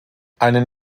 eine